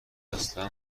اصلا